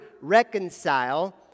reconcile